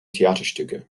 theaterstücke